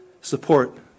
support